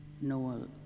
noel